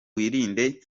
wirinde